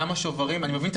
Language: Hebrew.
כמה שוברים.